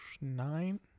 Nine